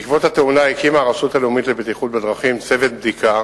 בעקבות התאונה הקימה הרשות הלאומית לבטיחות בדרכים צוות בדיקה